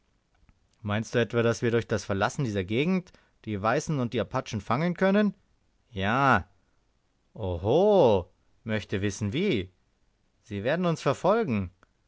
meinst du etwa daß wir durch das verlassen dieser gegend diese weißen und die apachen fangen können ja oho möchte wissen wie sie werden uns verfolgen